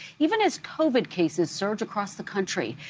even as covid cases surge across the country.